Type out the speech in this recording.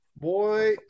Boy